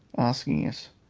asking us,